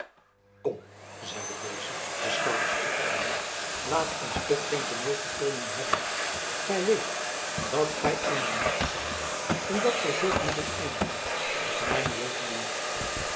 kom zeide deze de schouders ophalende laat ons toch geen tooneelvertooningen hebben gy weet dat gy in mijne macht zijt en dat gy zult moeten eindigen met mijn wil te doen